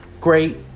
great